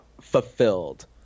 fulfilled